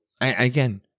again